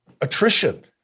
attrition